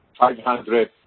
500